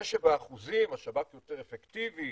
זה שבאחוזים השב"כ יותר אפקטיבי,